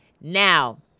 now